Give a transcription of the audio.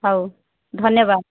ହଉ ଧନ୍ୟବାଦ